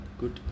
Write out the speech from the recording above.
good